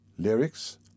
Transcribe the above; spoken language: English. Lyrics